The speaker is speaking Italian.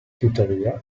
tuttavia